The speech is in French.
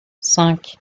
cinq